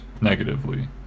negatively